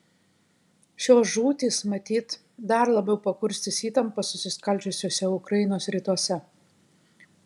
šios žūtys matyt dar labiau pakurstys įtampą susiskaldžiusiuose ukrainos rytuose